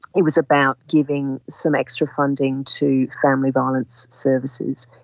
it was about giving some extra funding to family violence services,